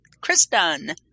Kristen